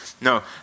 No